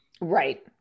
Right